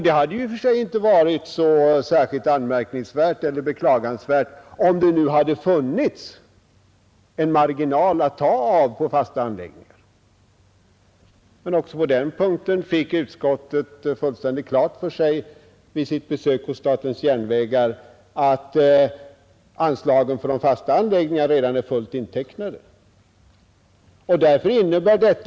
Det hade i och för sig inte varit så särskilt anmärkningsvärt eller beklagansvärt, om det hade funnits en marginal att ta av på fasta anläggningar. Men också på den punkten fick utskottet vid sitt besök hos SJ fullständigt klart för sig att anslagen för fasta anläggningar redan är fullt intecknade.